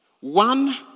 one